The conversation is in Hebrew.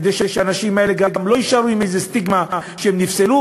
גם כדי שהאנשים האלה לא יישארו עם איזה סטיגמה שהם נפסלו